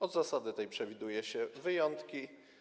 Od zasady tej przewiduje się wyjątki.